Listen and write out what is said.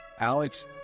Alex